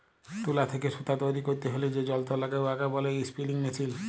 তুলা থ্যাইকে সুতা তৈরি ক্যইরতে হ্যলে যে যল্তর ল্যাগে উয়াকে ব্যলে ইস্পিলিং মেশীল